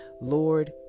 Lord